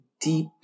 deep